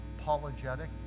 apologetic